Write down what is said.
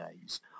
days